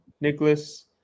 Nicholas